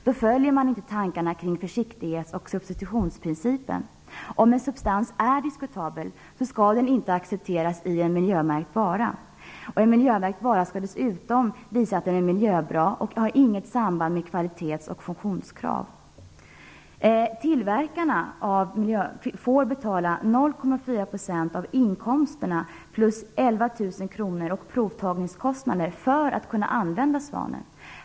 Då följer man inte tankarna kring försiktighets och substitutionsprincipen. Om en substans är "diskutabel" skall den inte accepteras i en miljömärkt vara. En miljömärkt vara skall dessutom visa att den är miljöbra och har inget samband med kvalitets och funktionskrav. 11 000 kronor och stå för provtagningskostnaderna för att kunna använda Svanen.